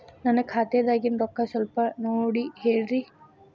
ನನ್ನ ಖಾತೆದಾಗಿನ ರೊಕ್ಕ ಸ್ವಲ್ಪ ನೋಡಿ ಹೇಳ್ರಿ